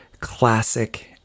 classic